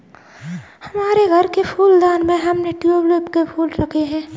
हमारे घर के फूलदान में हमने ट्यूलिप के फूल रखे हैं